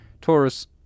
Taurus